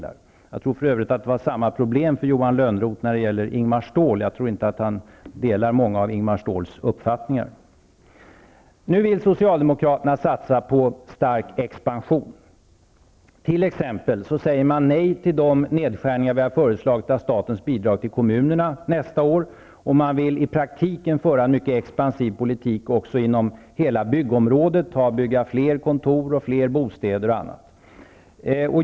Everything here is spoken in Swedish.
Jag tror för övrigt att Johan Lönnroth hade samma problem när det gällde Ingemar Ståhl. Johan Lönnroth delar nog inte många av Ingemar Ståhls uppfattningar. Nu vill socialdemokraterna satsa på stark expansion. Man säger t.ex. nej till de nedskärningar i statens bidrag till kommunerna nästa år som vi har föreslagit. Man vill i praktiken föra en mycket expansiv politik också inom hela byggområdet. Man vill bygga fler kontor, bostäder och annat.